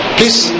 Please